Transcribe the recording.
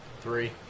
Three